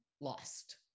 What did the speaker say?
lost